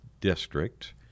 District